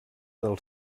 del